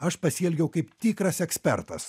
aš pasielgiau kaip tikras ekspertas